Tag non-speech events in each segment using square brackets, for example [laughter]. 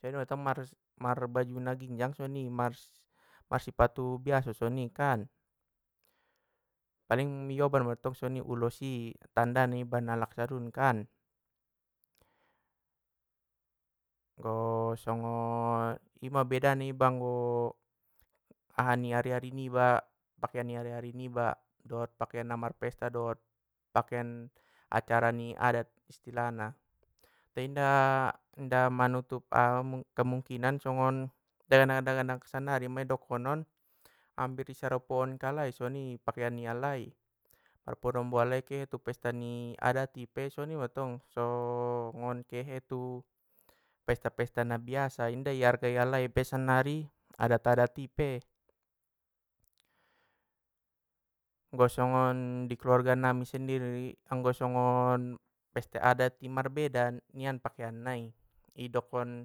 Kedontong marbaju na ginjang soni mar sipatu biaso songoni kan. Paling ioban songoni ulos i tanda na iba alak sadun kan. Anggo songon [hesitation] ima bedana iba anggo aha ni ari ari niba dohot pakean na marpesta dohot pakean acara ni adat istilahna, te inda manutup kemungkinan songonon daganak daganak sannari ma i dokonon ampir i sarupoon kalai songoni pakean ni alai, manombo ke alai tu pesta ni adat i pe songoni mantong so [hesitation] nggon kehe tu pesta pesta na biasa inda i hargai alai pe sannari adat adat i pe. Bo songon i keluarga nami sendiri anggo songon pesta aat i marbeda nian pakean nai i dokon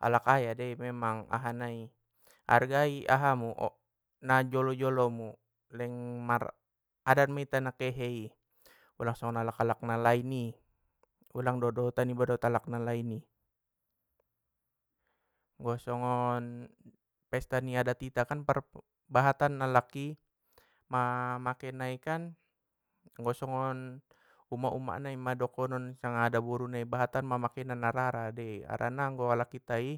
alak ayah dei memang aha nai argai aha mu na jolo jolo mu leng maradat maita na kehe i ulang songon alak alak na lain lain i, ulang dohot dohotan iba dot alak na lain i. Bo songon pesta ni adat nita kan bahatan alak i ma make nai kan anggo songon umak umak nai ma dokonon adaboru nai bahatan mamakena na rara dei harana anggo alak hita i.